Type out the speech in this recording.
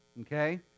Okay